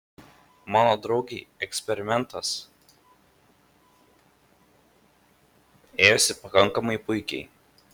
mano draugei eksperimentas ėjosi pakankamai puikiai